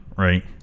right